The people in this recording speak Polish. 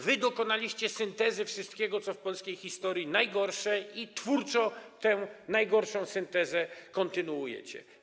Wy dokonaliście syntezy wszystkiego, co w polskiej historii najgorsze i twórczo tę najgorszą syntezę kontynuujecie.